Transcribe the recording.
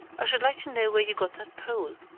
i should like to know where you got that pole,